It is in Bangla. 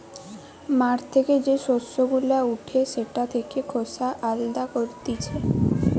মাঠ থেকে যে শস্য গুলা উঠে সেটা থেকে খোসা আলদা করতিছে